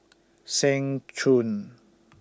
Seng Choon